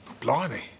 Blimey